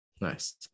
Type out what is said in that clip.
nice